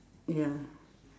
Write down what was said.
ya